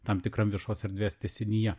tam tikram viešos erdvės tęsinyje